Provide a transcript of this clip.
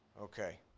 Okay